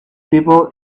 people